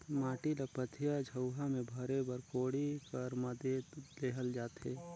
माटी ल पथिया, झउहा मे भरे बर कोड़ी कर मदेत लेहल जाथे